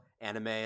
anime